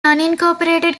unincorporated